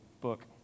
book